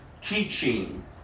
teaching